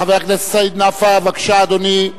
חבר הכנסת סעיד נפאע, בבקשה, אדוני.